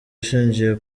ishingiye